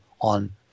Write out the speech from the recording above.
on